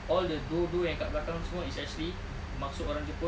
all the do yang kat belakang semua is actually maksud orang jepun